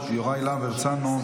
יוראי להב הרצנו,